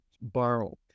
borrow